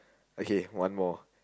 okay one more